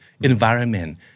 environment